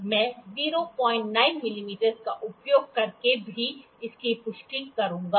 मैं 09 मिमी का उपयोग करके भी इसकी पुष्टि करूंगा